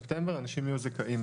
ספטמבר אנשים יהיו זכאים.